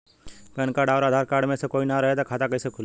Pan card आउर Aadhaar card मे से कोई ना रहे त खाता कैसे खुली?